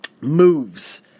moves